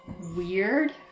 Weird